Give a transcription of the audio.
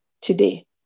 today